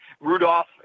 Rudolph